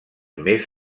més